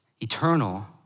eternal